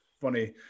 funny